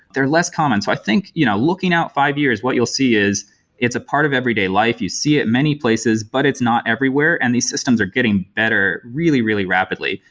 they're less common so i think you know looking out five years, what you'll see is it's a part of everyday life. you see it many places, but it's not everywhere, and these systems are getting better, really, really rapidly.